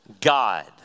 God